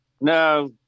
No